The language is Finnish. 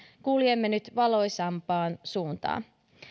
kuljemme nyt valoisampaan suuntaan